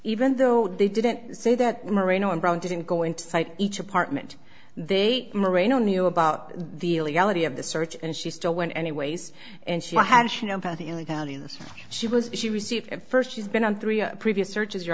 even though they didn't say that marino and brown didn't go into each apartment they merino knew about the legality of the search and she still went anyways and she had this she was she received first she's been on three previous searches your